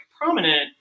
prominent